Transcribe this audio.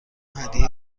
هدیه